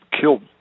killed